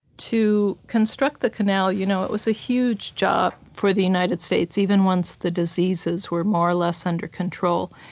to construct the canal, you know it was a huge job for the united states, even once the diseases were more or less under control.